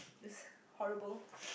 is horrible